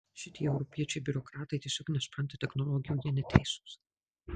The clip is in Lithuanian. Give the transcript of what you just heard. šitie europiečiai biurokratai tiesiog nesupranta technologijų jie neteisūs